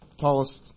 tallest